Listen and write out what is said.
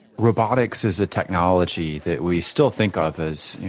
robotics is a technology that we still think of as, you